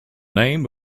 name